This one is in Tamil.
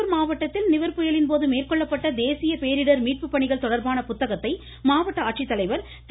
கடலூர் மாவட்டத்தில் நிவர் புயலின் போது மேற்கொள்ளப்பட்ட தேசிய பேரிடர் மீட்பு பணிகள் தொடர்பான புத்தகத்தை மாவட்ட ஆட்சித்தலைவர் திரு